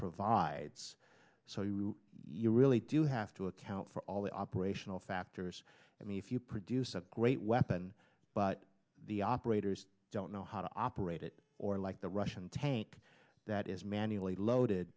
provides so you really do have to account for all the operational factors i mean if you produce a great weapon but the operators don't know how to operate it or like the russian tank that is manually loaded